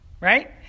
right